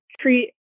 treat